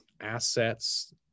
assets